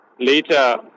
Later